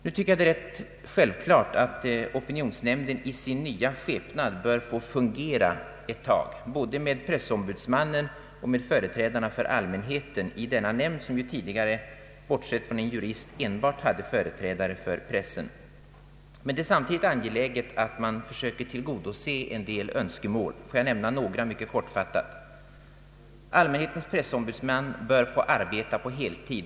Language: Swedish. Nu anser jag det rätt självklart att opinionsnämnden i sin nya skepnad bör få fungera ett tag, både med pressombudsmannen och med företrädarna för allmänheten i denna nämnd, som ju tidigare bortsett från en jurist enbart har bestått av företrädare för pressen. En värdering av opinionsnämndens arbete kan så småningom ske. Men det är samtidigt angeläget att man nu försöker tillgodose en del önskemål. Låt mig mycket kortfattat nämna några. Allmänhetens pressombudsman bör få arbeta på heltid.